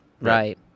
Right